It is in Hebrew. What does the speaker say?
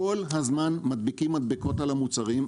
כל הזמן מדביקים מדבקות על המוצרים,